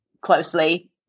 closely